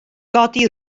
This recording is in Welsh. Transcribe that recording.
godi